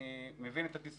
אני מבין את התסכול,